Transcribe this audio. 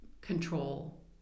control